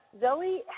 Zoe